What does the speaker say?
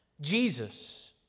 Jesus